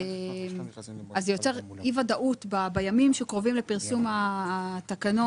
זה יוצר אי ודאות בימי שקרובים לפרסום התקנות.